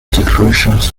declarations